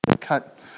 cut